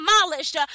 demolished